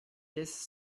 this